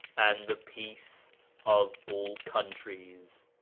and the peace of all coimtries.